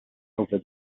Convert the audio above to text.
over